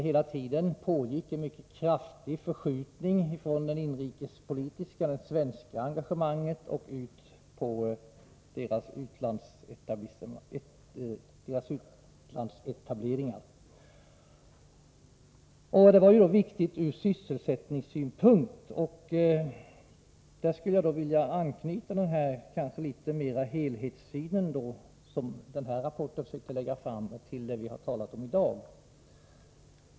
Hela tiden pågick en mycket kraftig förskjutning från det svenska engagemanget till engagemanget i de utländska etableringarna. Detta var viktigt ur sysselsättningssynpunkt. Jag skulle i detta sammanhang vilja anknyta till helhetssynen i den här rapporten och till det vi har talat om i dag.